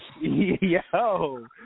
Yo